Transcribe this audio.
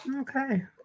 Okay